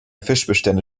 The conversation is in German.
fischbestände